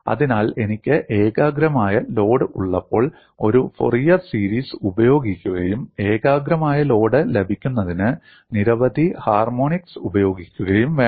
അതിനാൽ എനിക്ക് ഏകാഗ്രമായ ലോഡ് ഉള്ളപ്പോൾ ഒരു ഫോറിയർ സീരീസ് ഉപയോഗിക്കുകയും ഏകാഗ്രമായ ലോഡ് ലഭിക്കുന്നതിന് നിരവധി ഹാർമോണിക്സ് ഉപയോഗിക്കുകയും വേണം